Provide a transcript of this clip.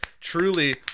Truly